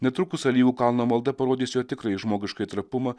netrukus alyvų kalno malda parodys jo tikrąjį žmogiškąjį trapumą